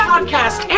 Podcast